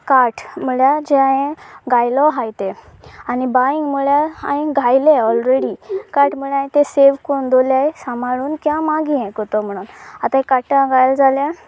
cart म्हळ्यार जें हांवें घातलो आसा ते आनी बांयींग म्हळ्यार हांवें घातले ऑलरेडी कार्ट म्हळ्यार हांवें ते सेव करून दवरले सांबाळून की हांव मागीर हें करतलें म्हणून आतां कार्टा घातले जाल्यार